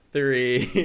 Three